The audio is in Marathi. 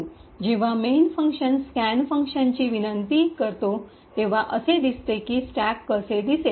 जेव्हा जेव्हा मेन फंक्शन स्कॅन फंक्शनची विनंती बोलावणी - इनव्होक invoke करतो तेव्हा असे दिसते की स्टॅक कसे दिसेल